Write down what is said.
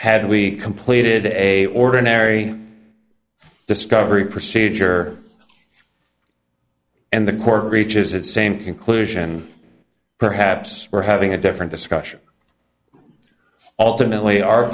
had we completed a ordinary discovery procedure and the court reaches that same conclusion perhaps we're having a different discussion alternately our